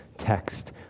Text